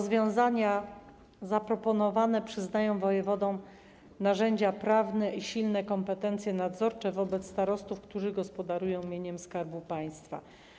Zaproponowane rozwiązania przyznają wojewodom narzędzia prawne i silne kompetencje nadzorcze wobec starostów, którzy gospodarują mieniem Skarbu Państwa.